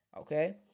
Okay